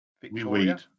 Victoria